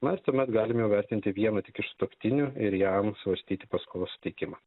na ir tuomet galim jau įvertinti vieną tik iš sutuoktinių ir jam svarstyti paskolos suteikimą